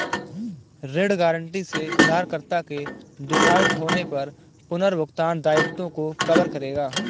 ऋण गारंटी से उधारकर्ता के डिफ़ॉल्ट होने पर पुनर्भुगतान दायित्वों को कवर करेगा